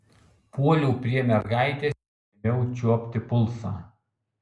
puoliau prie mergaitės ir ėmiau čiuopti pulsą